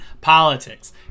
politics